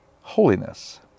holiness